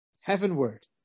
Heavenward